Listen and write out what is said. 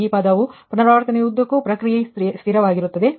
ಮತ್ತು ಈ ಪದವು ಪುನರಾವರ್ತನೆಯ ಉದ್ದಕ್ಕೂ ಪ್ರಕ್ರಿಯೆ ಸ್ಥಿರವಾಗಿರುತ್ತದೆ